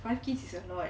five kids is a lot